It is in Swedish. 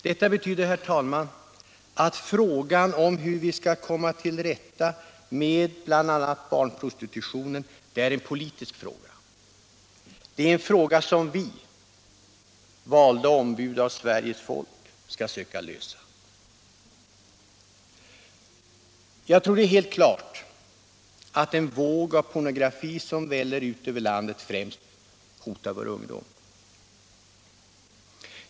Detta betyder, herr talman, att frågan om hur vi skall komma till rätta med bl.a. barnprostitutionen är en politisk fråga, som vi — valda ombud för Sveriges folk — skall söka lösa. Det är helt klart att den våg av pornografi som väller ut över landet främst hotar vår ungdom.